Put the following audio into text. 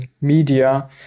media